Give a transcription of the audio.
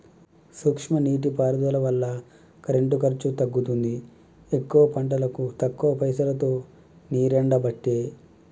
సూక్ష్మ నీటి పారుదల వల్ల కరెంటు ఖర్చు తగ్గుతుంది ఎక్కువ పంటలకు తక్కువ పైసలోతో నీరెండబట్టే